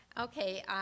Okay